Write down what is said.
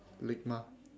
ligma